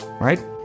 right